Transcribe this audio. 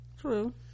true